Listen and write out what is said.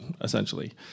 essentially